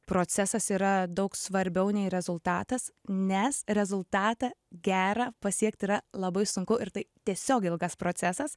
procesas yra daug svarbiau nei rezultatas nes rezultatą gerą pasiekt yra labai sunku ir tai tiesiog ilgas procesas